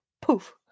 poof